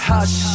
Hush